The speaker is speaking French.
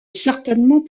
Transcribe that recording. certainement